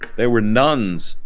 they were nuns.